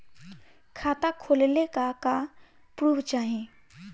खाता खोलले का का प्रूफ चाही?